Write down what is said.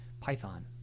Python